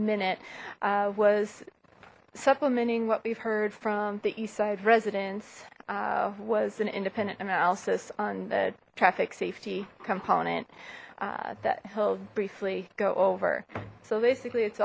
minute was supplementing what we've heard from the east side residents was an independent analysis on the traffic safety component that held briefly go over so basically it's